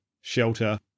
shelter